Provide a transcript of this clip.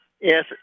Yes